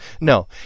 No